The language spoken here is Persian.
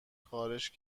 خارش